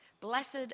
Blessed